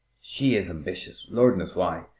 she is ambitious lord knows why!